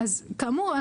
כאמור,